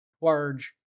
large